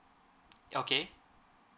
okay